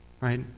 Right